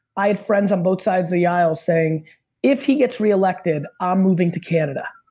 i had friends on both side of the aisle saying if he gets reelected i'm moving to canada,